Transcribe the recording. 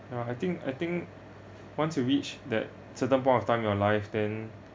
ya I think I think once you reach that certain point of time your life then